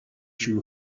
chew